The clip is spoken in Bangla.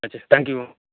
আচ্ছা থ্যাঙ্ক ইউ